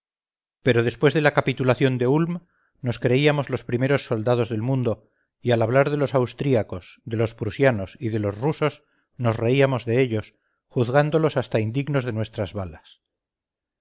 pero después de la capitulación de ulm nos creíamos los primeros soldados del mundo y alhablar de los austriacos de los prusianos y de los rusos nos reíamos de ellos juzgándolos hasta indignos de nuestras balas